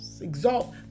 exalt